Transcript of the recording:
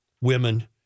women